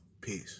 Peace